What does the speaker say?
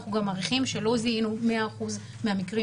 אנחנו מעריכים שלא זיהינו 100% מהמקרים